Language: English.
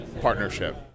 partnership